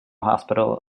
hospital